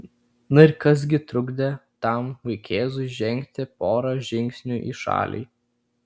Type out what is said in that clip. na ir kas gi trukdė tam vaikėzui žengti porą žingsnių į šalį